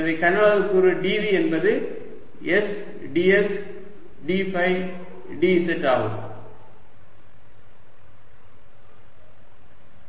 எனவே கன அளவு கூறு dv என்பது s ds d phi dz ஆகும் dV sdsdϕdz